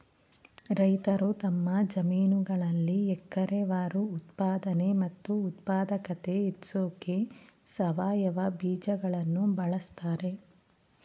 ರೈತರು ತಮ್ಮ ಜಮೀನುಗಳಲ್ಲಿ ಎಕರೆವಾರು ಉತ್ಪಾದನೆ ಮತ್ತು ಉತ್ಪಾದಕತೆ ಹೆಚ್ಸೋಕೆ ಸಾವಯವ ಬೀಜಗಳನ್ನು ಬಳಸ್ತಾರೆ